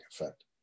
effect